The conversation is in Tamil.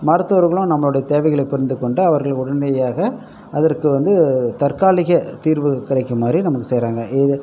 மருத்துவர்களும் நம்மளோடய தேவைகளை புரிந்து கொண்டு அவர்கள் உடனடியாக அதற்க்கு வந்து தற்காலிக தீர்வு கிடைக்குமாறு நமக்கு செய்கிறாங்க